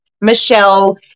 Michelle